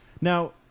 Now